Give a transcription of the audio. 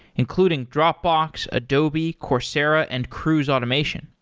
including dropbox, adobe, coursera and cruise automation.